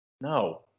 No